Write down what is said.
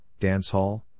dancehall